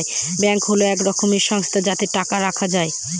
bank হল এক রকমের সংস্থা যাতে টাকা রাখা যায়